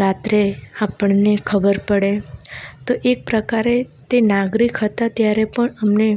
રાત્રે આપણને ખબર પડે તો એ પ્રકારે તે નાગરિક હતા ત્યારે પણ અમને